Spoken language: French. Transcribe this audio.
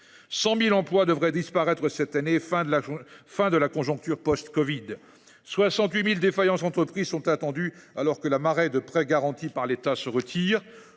100 000 emplois devraient disparaître, avec la fin de la conjoncture post covid ; 68 000 défaillances d’entreprises sont attendues, alors que la marée des prêts garantis par l’État se retire.